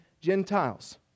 Gentiles